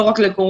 לא רק לקורונה,